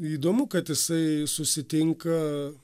įdomu kad jisai susitinka